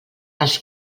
els